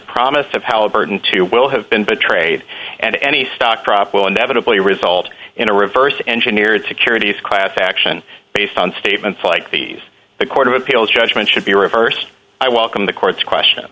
promise of halliburton to will have been betrayed and any stock drop will inevitably result in a reverse engineered securities class action based on statements like these the court of appeals judgment should be reversed i welcome the court's question